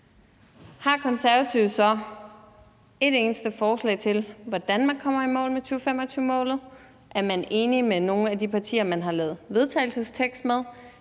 har Konservative så et eneste forslag til, hvordan man kommer i mål med 2025-målet? Er man enig med nogen af de partier, man har lavet vedtagelsestekst med?